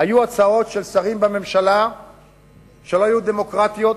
היו הצעות של שרים בממשלה שלא היו דמוקרטיות,